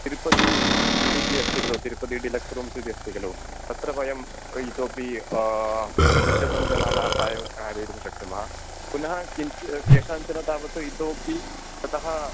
तिरुपति इति अस्ति खलु तिरुपति डिलेक्स् रूम्स् इति अस्ति खलु तत्र वयम् इतोपि द्विशतं जनानां प्रायः कारयितुं शक्नुमः पुनः किञ्चि केषाञ्चन तावत् इतोपि ततः